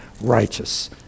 righteous